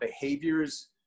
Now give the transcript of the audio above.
behaviors